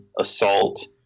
assault